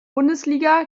bundesliga